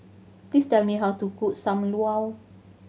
please tell me how to cook Sam Lau